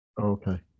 Okay